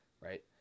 right